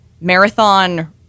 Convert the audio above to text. marathon